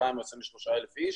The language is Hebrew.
22,000 או 23,000 איש.